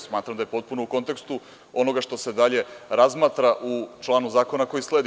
Smatram da je potpuno u kontekstu onoga što se dalje razmatra u članu zakona koji sledi.